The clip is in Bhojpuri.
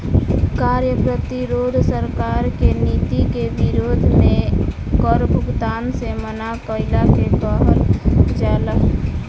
कार्य प्रतिरोध सरकार के नीति के विरोध में कर भुगतान से मना कईला के कहल जाला